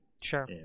sure